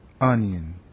Onion